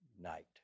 night